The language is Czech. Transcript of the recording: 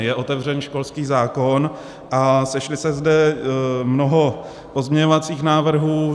Je otevřen školský zákon a sešlo se zde mnoho pozměňovacích návrhů.